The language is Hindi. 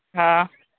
हाँ